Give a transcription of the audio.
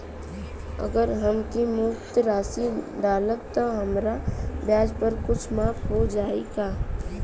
अगर हम एक मुस्त राशी डालब त हमार ब्याज कुछ माफ हो जायी का?